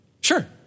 Sure